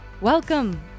Welcome